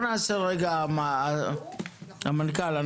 המנכ"ל,